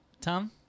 Tom